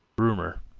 rumor,